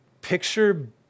picture